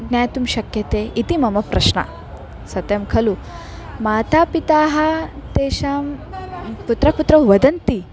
ज्ञातुं शक्यते इति मम प्रश्नं सत्यं खलु माता पिता तेषां पुत्रान् पुत्रान् वदन्ति